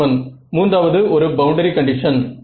மாணவன் மூன்றாவது ஒரு பவுண்டரி கண்டிஷன்